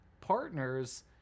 partners